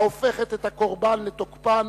ההופכת את הקורבן לתוקפן,